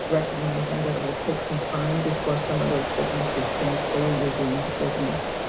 recognizing that it will take some time before some of those businesses can fully resume business.